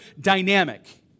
dynamic